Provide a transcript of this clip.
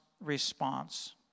response